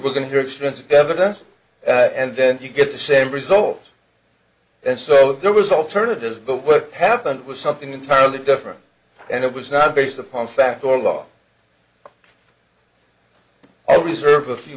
we're going to hear extensive evidence and then you get the same result and so there was alternatives but what happened was something entirely different and it was not based upon fact or law i'll reserve a few